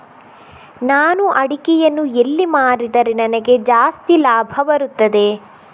ನಾನು ಅಡಿಕೆಯನ್ನು ಎಲ್ಲಿ ಮಾರಿದರೆ ನನಗೆ ಜಾಸ್ತಿ ಲಾಭ ಬರುತ್ತದೆ?